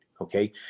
okay